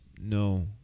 No